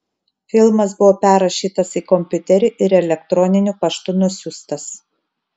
filmas buvo perrašytas į kompiuterį ir elektroniniu paštu nusiųstas